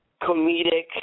comedic